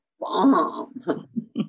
bomb